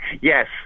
Yes